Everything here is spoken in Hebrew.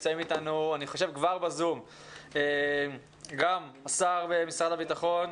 נמצאים אתנו גם השר ממשרד הביטחון,